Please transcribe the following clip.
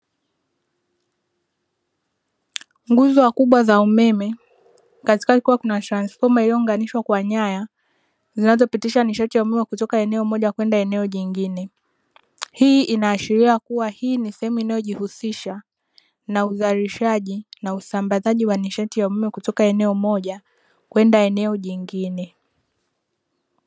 Nguzo kubwa za umeme katikati kukiwa na transifoma iliyo unganishwa kwa nyaya zinazopitisha nishati ya umeme kutoka eneo moja kwenda eneo jingine, hii ina ashiria kuwa hii ni sehemu inayo jihusisha na uzalishaji na usambazaji wa nishati ya umeme kutoka eneo moja kwenda eneo jingine.